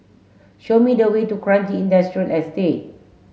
show me the way to Kranji Industrial Estate